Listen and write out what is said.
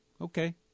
okay